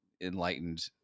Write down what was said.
enlightened